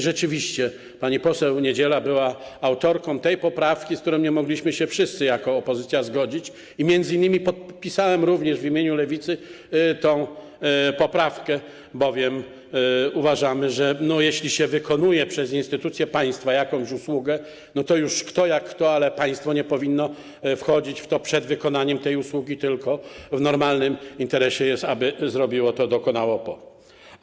Rzeczywiście pani poseł Niedziela była autorką poprawki, z którą nie mogliśmy się wszyscy jako opozycja zgodzić, ale m.in. ja również w imieniu Lewicy podpisałem tę poprawkę, bowiem uważam, że jeśli się wykonuje przez instytucje państwa jakąś usługę, to już kto jak kto, ale państwo nie powinno wchodzić w to przed wykonaniem tej usługi, tylko w normalnym interesie jest, aby dokonało tego po.